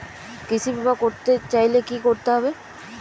কৃষি বিমা করতে চাইলে কি করতে হবে?